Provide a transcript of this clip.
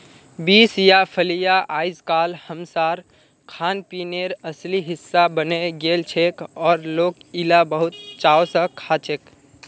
beans या फलियां अइजकाल हमसार खानपीनेर असली हिस्सा बने गेलछेक और लोक इला बहुत चाव स खाछेक